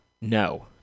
No